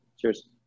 cheers